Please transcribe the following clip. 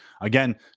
Again